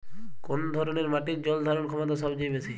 কোন ধরণের মাটির জল ধারণ ক্ষমতা সবচেয়ে বেশি?